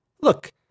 Look